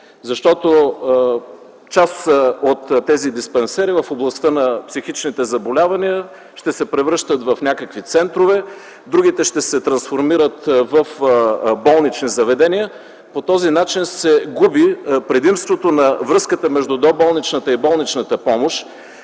Част от тези диспансери в областта на психичните заболявания ще се превръщат в някакви центрове, другите ще се трансформират в болнични заведения. По този начин се губи предимството на връзката на доболничната и болничната помощ